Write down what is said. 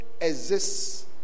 exists